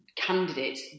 candidate